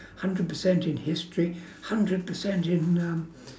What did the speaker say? hundred percent in history hundred percent in um